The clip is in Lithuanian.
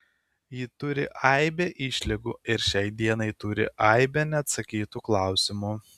ji turi aibę išlygų ir šiai dienai turi aibę neatsakytų klausimų